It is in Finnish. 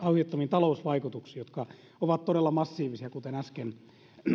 talousvaikutuksiin jotka ovat todella massiivisia kuten äsken